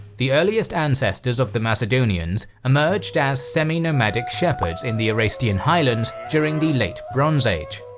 the earliest ancestors of the macedonians emerged as semi-nomadic shepherds in the orestian highlands during the late bronze age.